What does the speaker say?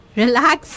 relax